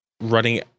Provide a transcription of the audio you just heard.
running